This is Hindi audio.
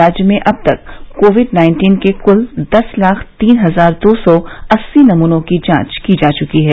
राज्य में अब तक कोविड नाइन्टीन के कुल दस लाख तीन हजार दो सौ अस्सी नमूनों की जांव की जा चुकी है